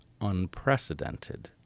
unprecedented